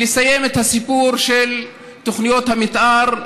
לסיים את הסיפור של תוכניות המתאר,